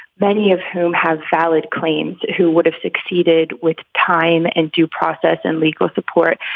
many of whom have valid claims who would have succeeded with time and due process and legal support.